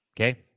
Okay